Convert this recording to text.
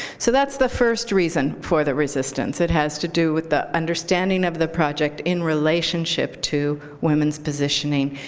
so that's the first reason for the resistance. it has to do with the understanding of the project in relationship to women's positioning,